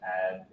add